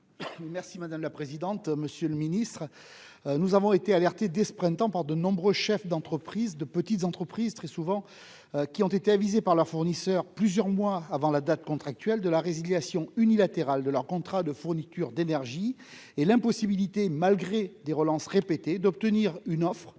chargé de l'industrie. Monsieur le ministre, nous avons été alertés, dès ce printemps, par de nombreux chefs de petites entreprises, qui ont été avisés par leur fournisseur, plusieurs mois avant la date contractuelle, de la résiliation unilatérale de leur contrat de fourniture d'énergie, ainsi que de l'impossibilité, malgré des relances répétées, d'obtenir une offre